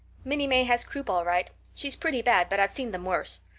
minnie may has croup all right she's pretty bad, but i've seen them worse.